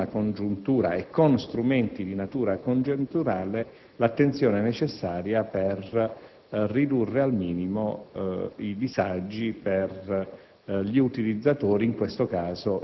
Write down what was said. in atto, anche in una congiuntura e con strumenti di natura congiunturale, l'attenzione necessaria per ridurre al minimo i disagi per